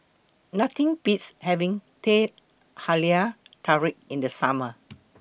Nothing Beats having Teh Halia Tarik in The Summer